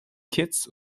kitts